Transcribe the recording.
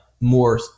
more